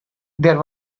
there